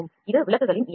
இது விளக்குகளின் இயக்கம்